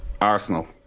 Arsenal